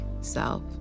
self